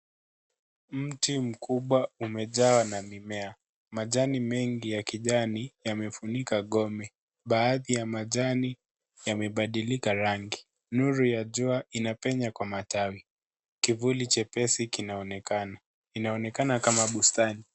Mti mkubwa umejawa na mimea. Majani mengi ya kijani yamefunika gome. Baadhi ya majani yamebadilika rangi. Nuru ya jua inapenya kwa matawi. Kivuli chepesi kinaonekana. Inaonekana kama bustani.